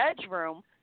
bedroom